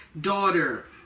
daughter